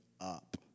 up